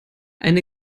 eine